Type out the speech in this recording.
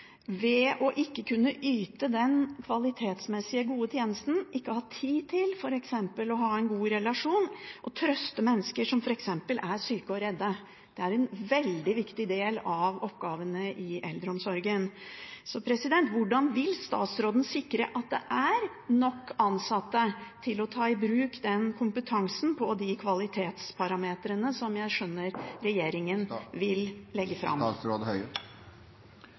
ved ikke å kunne yte den kvalitetsmessig gode tjenesten, ikke ha tid til f.eks. å ha en god relasjon og trøste mennesker som er syke og redde. Det er en veldig viktig del av oppgavene i eldreomsorgen. Hvordan vil statsråden sikre at det er nok ansatte til å ta i bruk den kompetansen på de kvalitetsparametrene som jeg skjønner regjeringen vil legge fram?